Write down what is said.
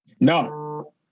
No